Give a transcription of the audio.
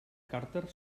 carter